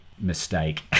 mistake